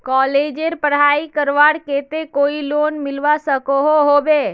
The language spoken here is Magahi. कॉलेजेर पढ़ाई करवार केते कोई लोन मिलवा सकोहो होबे?